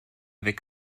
weg